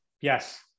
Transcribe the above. Yes